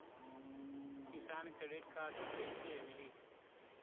किसान credit card कइसे मिली?